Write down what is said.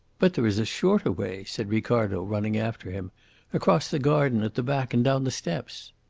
but there is a shorter way, said ricardo, running after him across the garden at the back and down the steps.